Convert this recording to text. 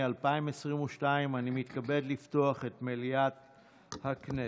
אני מתכבד לפתוח את מליאת הכנסת.